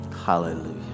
Hallelujah